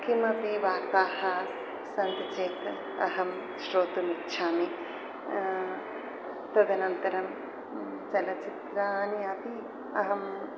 किमपि वार्ताः सन्ति चेत् अहं श्रोतुम् इच्छामि तदनन्तरं चलचित्राणि अपि अहं